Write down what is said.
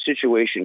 situation